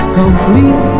complete